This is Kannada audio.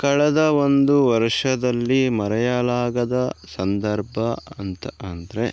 ಕಳೆದ ಒಂದು ವರ್ಷದಲ್ಲಿ ಮರೆಯಲಾಗದ ಸಂದರ್ಭ ಅಂತ ಅಂದರೆ